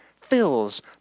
fills